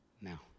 Now